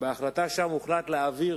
הוחלט שם להעביר